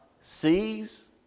sees